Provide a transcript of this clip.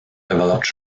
developed